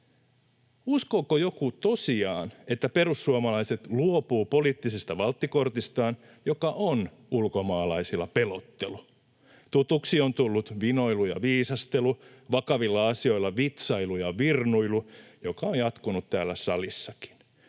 Uskooko joku tosiaan, että perussuomalaiset luopuvat poliittisesta valttikortistaan, joka on ulkomaalaisilla pelottelu? Tutuksi on tullut vinoilu ja viisastelu, vakavilla asioilla vitsailu ja virnuilu, joka on jatkunut täällä salissakin.